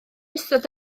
ystod